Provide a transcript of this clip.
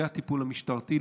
זה הטיפול המשטרתי,